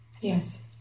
Yes